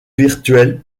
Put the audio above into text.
virtuelle